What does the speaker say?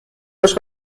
هاش